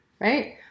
right